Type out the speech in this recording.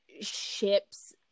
ships